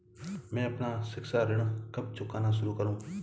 मैं अपना शिक्षा ऋण कब चुकाना शुरू करूँ?